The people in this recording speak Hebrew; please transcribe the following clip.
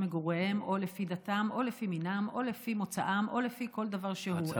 מגוריהם או לפי דתם או לפי מינם או לפי מוצאם או לפי כל דבר שהוא.